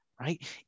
Right